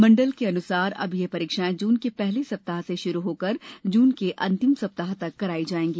मंडल के अनुसार अब यह परीक्षाएं जून के पहले सप्ताह से आरंभ होकर जून के अंतिम सप्ताह तक कराई जाएंगी